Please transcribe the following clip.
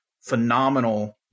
phenomenal